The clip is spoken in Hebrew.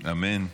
אמן.